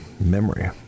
memory